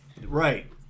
right